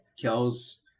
kills